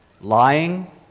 lying